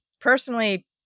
personally